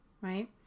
right